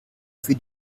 für